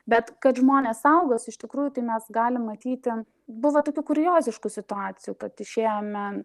bet kad žmonės saugos iš tikrųjų tai mes galim matyti buvo tokių kurioziškų situacijų kad išėjome